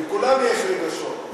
לכולם יש רגשות,